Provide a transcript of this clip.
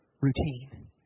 routine